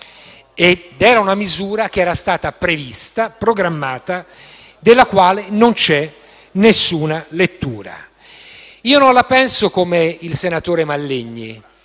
era una misura che era stata prevista, programmata, della quale non c'è alcuna lettura. Io non la penso come il senatore Mallegni.